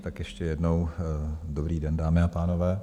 Tak ještě jednou dobrý den, dámy a pánové.